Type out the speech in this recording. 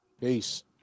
Peace